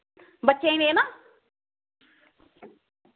बच्चें लेना